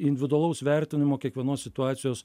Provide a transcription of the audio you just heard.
individualaus vertinimo kiekvienos situacijos